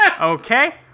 Okay